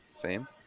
fame